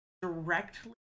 directly